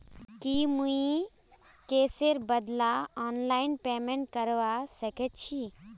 की मुई कैशेर बदला ऑनलाइन पेमेंट करवा सकेछी